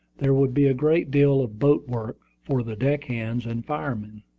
there would be a great deal of boat-work for the deck-hands and firemen,